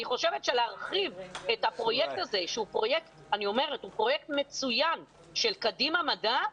אני חושבת שלהרחיב את הפרויקט הזה שהוא פרויקט מצוין של קדימה מדע,